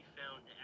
found